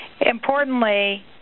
importantly